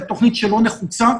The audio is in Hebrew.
זאת תוכנית שלא נחוצה.